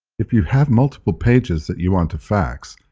if you have multiple pages that you want to fax,